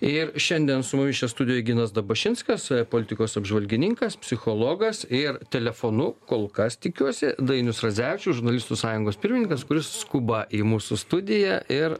ir šiandien su mumis čia studijoj ginas dabašinskas politikos apžvalgininkas psichologas ir telefonu kol kas tikiuosi dainius radzevičius žurnalistų sąjungos pirmininkas kuris skuba į mūsų studiją ir